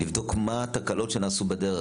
לבדוק מה התקלות שנעשו בדרך.